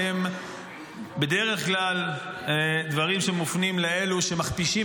הם בדרך כלל דברים שמופנים לאלו שמכפישים